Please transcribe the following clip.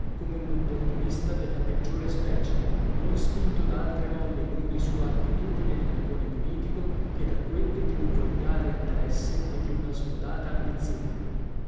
come un opportunista della peggiore specie non spinto da altre molle in ogni sua attitudine nell'agone politico che da quelle di un volgare interesse e di una smodata ambizione